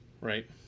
Right